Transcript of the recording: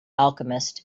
alchemist